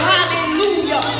Hallelujah